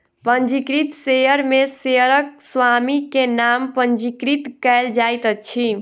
पंजीकृत शेयर में शेयरक स्वामी के नाम पंजीकृत कयल जाइत अछि